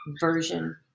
version